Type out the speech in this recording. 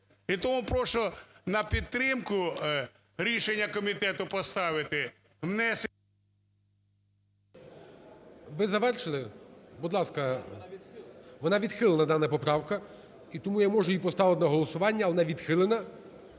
І тому прошу на підтримку рішення комітету поставити внесення… ГОЛОВУЮЧИЙ. Ви завершили? Будь ласка. Вона відхилена, дана поправка, і тому я можу її поставити на голосування, але вона відхилена,